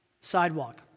sidewalk